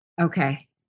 okay